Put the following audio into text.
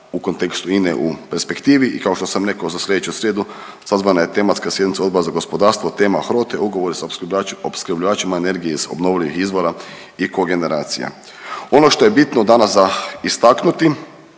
u kontekstu INA-e u perspektivi i kao što sam rekao, za sljedeću srijedu, sazvana je tematska sjednica Odbora za gospodarstvo, tema HROTE-ugovori s opskrbljivačima energije s obnovljivih izvora i kogeneracija. Ono što je bitno danas za istaknuti,